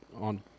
on